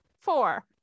four